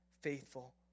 faithful